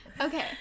Okay